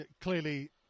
clearly